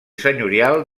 senyorial